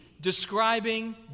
describing